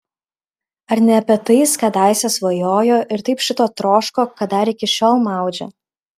ar ne apie tai jis kadaise svajojo ir taip šito troško kad dar iki šiol maudžia